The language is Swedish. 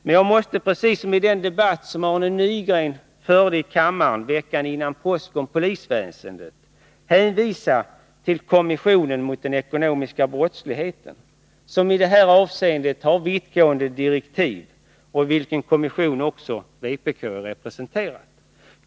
Men jag måste, precis som Arne Nygren gjorde i en debatt veckan före påsk om polisväsendet, hänvisa till kommissionen mot den ekonomiska brottsligheten, som i detta avseende har vittgående direktiv. Även vänsterpartiet kommunisterna är representerat i denna kommission.